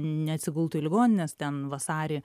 neatsigultų į ligonines ten vasarį